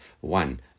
one